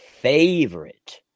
favorite